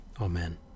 Amen